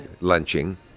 lunching